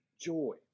Joy